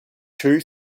two